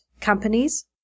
companies